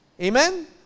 Amen